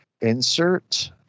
Insert